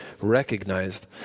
recognized